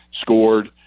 scored